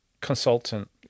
consultant